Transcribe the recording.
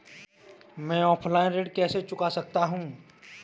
मैं ऑफलाइन ऋण कैसे चुका सकता हूँ?